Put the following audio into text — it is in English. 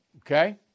Okay